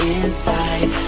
inside